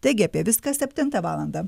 taigi apie viską septintą valandą